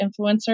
influencer